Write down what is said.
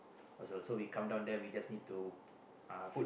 also so we come down there we just to need to uh